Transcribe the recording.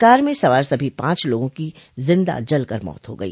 car में सवार सभी पांच लोगों की जिंदा जलकर मौत हो गई